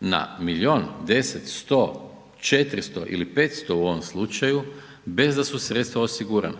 na milion, 10, 100, 400 ili 500 u ovom slučaju bez da su sredstva osigurana